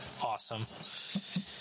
Awesome